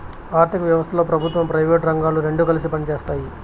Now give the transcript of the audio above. ఆర్ధిక వ్యవస్థలో ప్రభుత్వం ప్రైవేటు రంగాలు రెండు కలిపి పనిచేస్తాయి